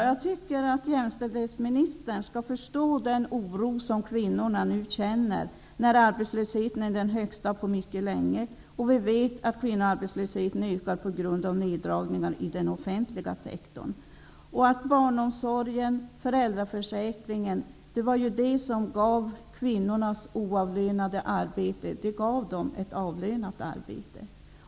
Fru talman! Jämställdhetsministern måste förstå att kvinnorna är oroliga nu när arbetslösheten är högre än på mycket längre. Dessutom ökar kvinnoarbetslösheten på grund av neddragningar inom den offentliga sektorn. Barnomsorgen och föräldraförsäkringen var ju det som gjorde att kvinnorna fick ett avlönat arbete.